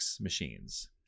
machines